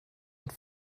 und